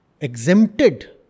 exempted